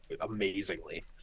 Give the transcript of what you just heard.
amazingly